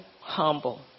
humble